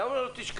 למה לא תשקלו